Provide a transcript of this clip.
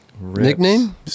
Nickname